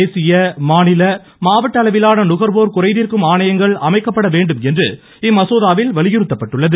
தேசிய மாநில மாவட்ட அளவிலான நுகர்வோர் குறைதீர்க்கும் ஆணையங்கள் அமைக்கப்பட வேண்டும் என்று இம்மசோதாவில் வலியுறுத்தப்பட்டுள்ளது